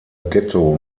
ghetto